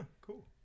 cool